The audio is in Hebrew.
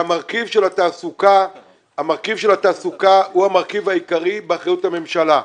המרכיב של התעסוקה הוא המרכיב העיקרי באחריות הממשלה.